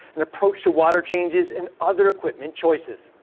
and approach to water changes and other equipment choices.